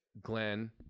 Glenn